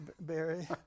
Barry